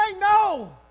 no